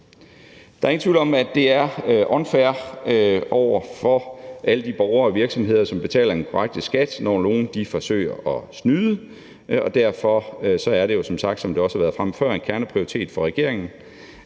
Der er ingen tvivl om, at det er unfair over for alle de borgere og virksomheder, som betaler den korrekte skat, når nogen forsøger at snyde, og derfor er det, som det også har været fremme før, en kerneprioritet for regeringen,